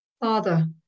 Father